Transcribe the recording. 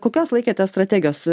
kokios laikėtės strategijos